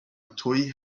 تویی